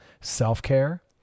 self-care